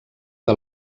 que